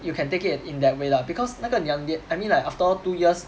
you can take it in in that way lah because 那个两年 I mean like after all two years